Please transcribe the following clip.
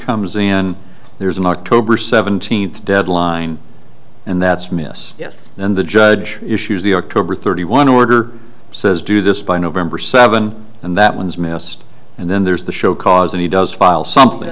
comes in there's an october seventeenth deadline and that's miss yes then the judge issues the october thirty one order says do this by november seventh and that means mast and then there's the show cause and he does file something